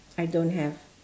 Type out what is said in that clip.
I don't have